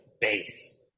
base